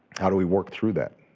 how do we work through that?